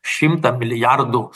šimtą milijardų